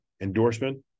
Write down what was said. endorsement